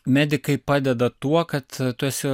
medikai padeda tuo kad tu esi